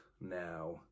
Now